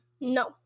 No